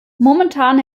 momentan